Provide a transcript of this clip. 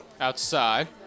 Outside